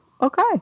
okay